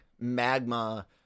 Magma